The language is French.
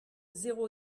zéro